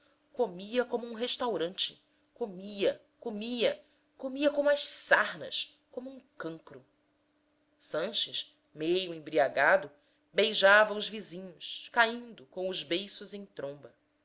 comia como um restaurante comia comia comia como as sarnas como um cancro sanches meio embriagado beijava os vizinhos caindo com os beiços em tromba